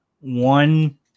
one